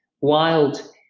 wild